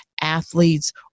athletes